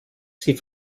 sie